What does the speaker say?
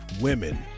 women